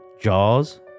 Jaws